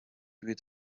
with